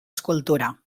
escultura